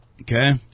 Okay